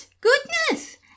Goodness